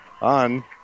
on